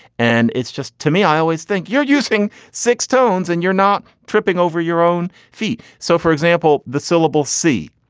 and it's just to me, i always think you're using six tones and you're not tripping over your own feet so, for example, the syllable c,